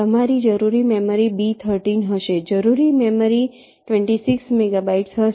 તમારી જરૂરી memory B 13 હશે જરૂરી મેમરી 26 મેગાબાઇટ્સ હશે